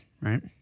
right